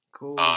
Cool